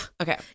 Okay